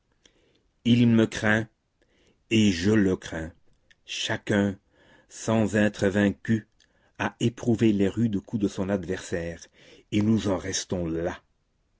il me craint et je le crains chacun sans être vaincu a éprouvé les rudes coups de son adversaire et nous en restons là